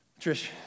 Trish